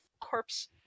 corpse